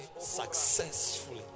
successfully